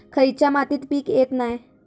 खयच्या मातीत पीक येत नाय?